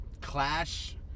clash